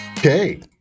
Okay